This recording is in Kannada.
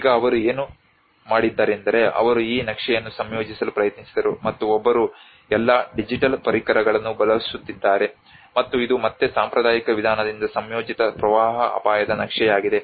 ಈಗ ಅವರು ಏನು ಮಾಡಿದ್ದಾರೆಂದರೆ ಅವರು ಈ ನಕ್ಷೆಯನ್ನು ಸಂಯೋಜಿಸಲು ಪ್ರಯತ್ನಿಸಿದರು ಮತ್ತು ಒಬ್ಬರು ಎಲ್ಲಾ ಡಿಜಿಟಲ್ ಪರಿಕರಗಳನ್ನು ಬಳಸುತ್ತಿದ್ದಾರೆ ಮತ್ತು ಇದು ಮತ್ತೆ ಸಾಂಪ್ರದಾಯಿಕ ವಿಧಾನದಿಂದ ಸಂಯೋಜಿತ ಪ್ರವಾಹ ಅಪಾಯದ ನಕ್ಷೆಯಾಗಿದೆ